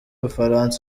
bufaransa